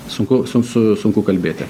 sunku su su sunku kalbėti